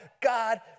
God